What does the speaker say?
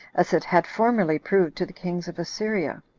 as it had formerly proved to the kings of assyria.